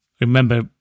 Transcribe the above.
Remember